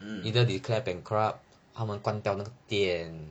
mm